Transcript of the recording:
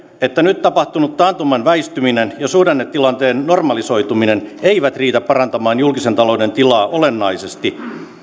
että nyt tapahtunut taantuman väistyminen ja suhdannetilanteen normalisoituminen eivät riitä parantamaan julkisen talouden tilaa olennaisesti